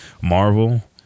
Marvel